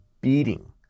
beating